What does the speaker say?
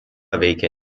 veikė